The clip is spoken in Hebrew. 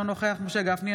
אינו נוכח משה גפני,